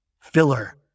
filler